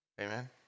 Amen